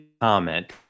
comment